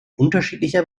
unterschiedlicher